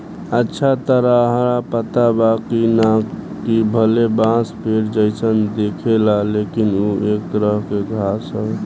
अच्छा ताहरा पता बा की ना, कि भले बांस पेड़ जइसन दिखेला लेकिन उ एक तरह के घास हवे